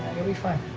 you'll be fine.